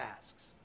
tasks